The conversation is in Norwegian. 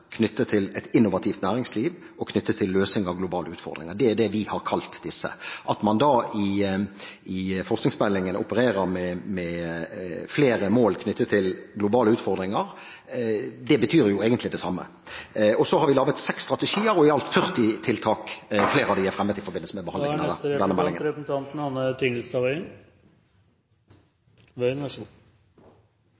knyttet til verdensledende kompetanse, knyttet til et innovativt næringsliv, og knyttet til løsing av globale utfordringer. Det er det vi har kalt disse. At man da i forskningsmeldingen opererer med flere mål knyttet til globale utfordringer, betyr egentlig det samme. Så har vi laget seks strategier og i alt 40 tiltak – flere av dem er ferdige i forbindelse med behandlingen av denne meldingen. Kristelig Folkeparti, Venstre og Fremskrittspartiet sier i sin merknad at langsiktighet er